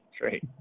Great